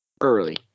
Early